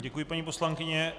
Děkuji, paní poslankyně.